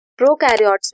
Prokaryotes